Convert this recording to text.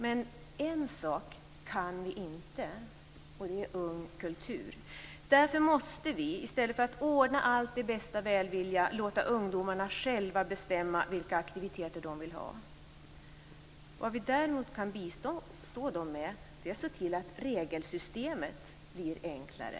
Men en sak kan vi inte, och det är ung kultur. Därför måste vi, i stället för att ordna allt i bästa välvilja, låta ungdomarna själva bestämma vilka aktiviteter de vill ha. Vad vi däremot kan bistå dem med är att se till att regelsystemet blir enklare.